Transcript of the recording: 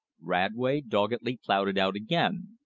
radway doggedly plowed it out again.